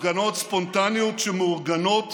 הפגנות ספונטניות שמאורגנות